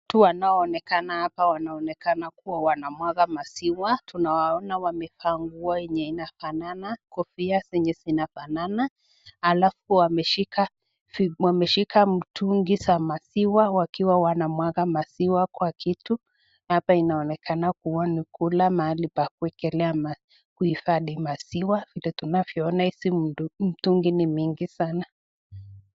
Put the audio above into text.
Watu wanaoonekana hapa wanaonekana kuwa wanamwaga maziwa. Tunawaona wamevaa nguo yenye inafanana, kofia zenye zinafanana. Alafu wameshika mitungi za maziwa wakiwa wanamwaga maziwa kwa kitu. Hapa inaonekana kuwa ni kule mahali pa kuhifadhi maziwa. Vile tunavyoona hizo mitungi ni mingi sana.